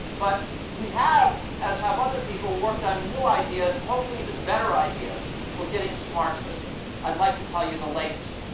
but we have, as have other people, worked on new ideas hopefully even better ideas for getting smart systems. i'd like to tell you the latest.